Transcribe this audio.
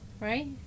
Right